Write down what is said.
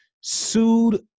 sued –